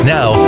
Now